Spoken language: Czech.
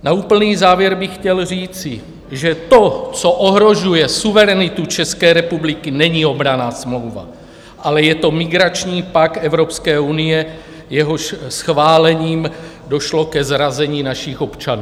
Na úplný závěr bych chtěl říci, že to, co ohrožuje suverenitu České republiky, není obranná smlouva, ale je to migrační pakt Evropské unie, jehož schválením došlo ke zrazení našich občanů.